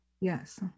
Yes